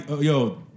yo